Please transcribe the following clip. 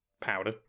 powder